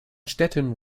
stettin